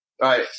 right